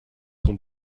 son